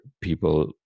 people